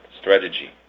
strategy